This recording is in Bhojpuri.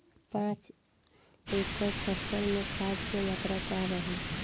पाँच एकड़ फसल में खाद के मात्रा का रही?